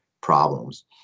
Problems